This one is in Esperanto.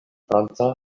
franca